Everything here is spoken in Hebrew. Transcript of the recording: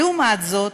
לעומת זאת,